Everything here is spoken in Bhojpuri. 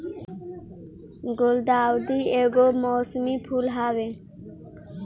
गुलदाउदी एगो मौसमी फूल हवे